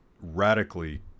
radically